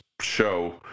show